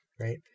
Right